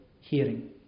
hearing